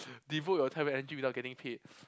devote your time and energy without getting paid